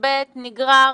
ו-י"א-י"ב נגרר